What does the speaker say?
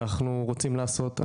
אנחנו רוצים לעשות,